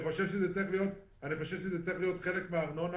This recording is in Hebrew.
אני חושב שזה צריך להיות חלק מהארנונה.